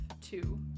two